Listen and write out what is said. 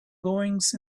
goings